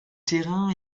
terrain